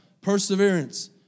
perseverance